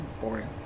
boring